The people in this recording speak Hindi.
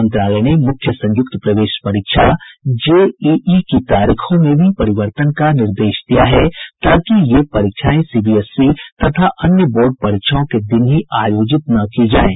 मंत्रालय ने मुख्य संयुक्त प्रवेश परीक्षा जेईई की तारीखों में भी परिवर्तन का निर्देश दिया है ताकि ये परीक्षाएं सीबीएसई तथा अन्य बोर्ड परीक्षाओं के दिन ही न आयोजित की जाएं